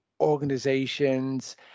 organizations